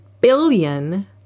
billion